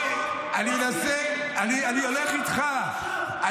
אני הולך איתך.